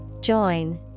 Join